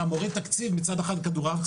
אתה מוריד תקציב מצד אחד בכדורעף,